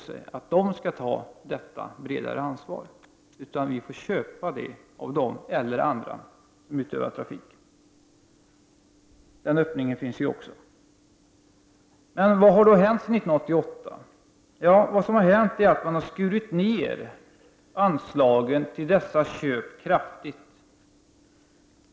Vi får därför köpa trafiken av SJ eller något annat företag som bedriver trafik — den öppningen finns ju också. Vad har då hänt sedan 1988? Jo, det som hänt är att anslagen till dessa köp skurits ner kraftigt.